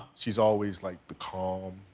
she's always like the calm,